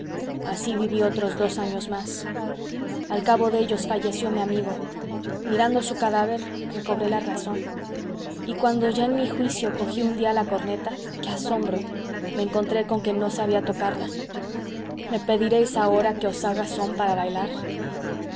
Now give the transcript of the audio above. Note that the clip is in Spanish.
así viví otros dos años más al cabo de ellos falleció mi amigo mirando su cadáver recobré la razón y cuando ya en mi juicio cogí un día la corneta qué asombro me encontré con que no sabía tocarla me pediréis ahora que os haga són para bailar